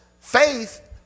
faith